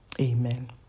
Amen